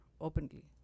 openly